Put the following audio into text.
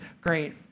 great